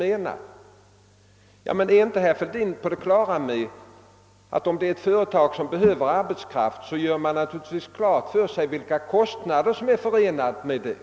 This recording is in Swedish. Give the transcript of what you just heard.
Men är inte herr Fälldin på det klara med att ett företag som behöver arbetskraft naturligtvis gör klart för sig vilka kostnader som är förenade med detta?